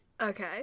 okay